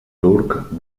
turc